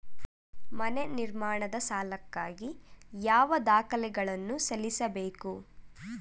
ಮನೆ ನಿರ್ಮಾಣದ ಸಾಲಕ್ಕಾಗಿ ಯಾವ ದಾಖಲೆಗಳನ್ನು ಸಲ್ಲಿಸಬೇಕು?